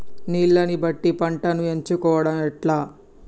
నీళ్లని బట్టి పంటను ఎంచుకోవడం ఎట్లా?